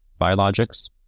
biologics